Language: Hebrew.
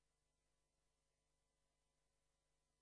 "כ-10,000